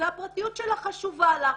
והפרטיות שלה חשובה לה.